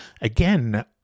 again